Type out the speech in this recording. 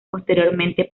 posteriormente